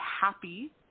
happy